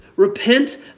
Repent